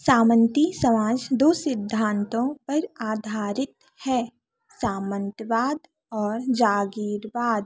सामन्ती समाज दो सिद्धान्तों पर आधारित है सामन्तवाद और जागीरवाद